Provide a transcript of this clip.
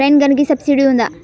Rain గన్కి subsidy ఉందా?